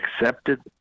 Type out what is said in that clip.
accepted